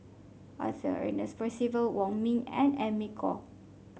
Arthur Ernest Percival Wong Ming and Amy Khor